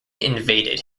invaded